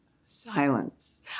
Silence